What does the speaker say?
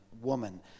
woman